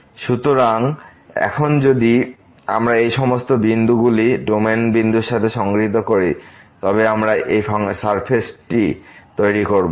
সুতরাং এখন যদি আমরা এই সমস্ত বিন্দুগুলি ডোমেইনের বিন্দুর সাথে সংগৃহীত করি তবে আমরা এই সারফেসটি তৈরি করব